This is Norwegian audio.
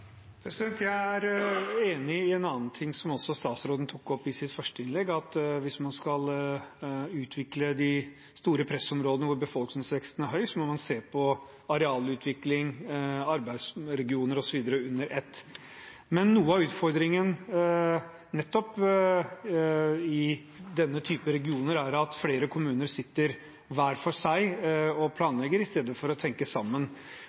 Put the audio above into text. Jeg er enig i en annen ting som statsråden tok opp i sitt første innlegg, og det er at hvis man skal utvikle de store pressområdene hvor befolkningsveksten er høy, må man se på arealutvikling, arbeidsregioner osv. under ett. Men noe av utfordringen i nettopp denne typen regioner er at flere kommuner sitter hver for seg og planlegger i stedet for å trekke sammen.